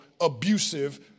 abusive